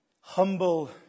humble